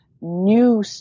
new